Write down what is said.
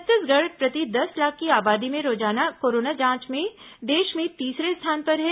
छत्तीसगढ़ प्रति दस लाख की आबादी में रोजाना कोरोना जांच में देश में तीसरे स्थान पर है